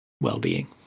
well-being